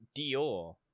Dior